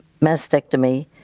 mastectomy